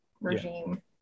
regime